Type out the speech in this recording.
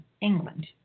England